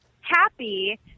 happy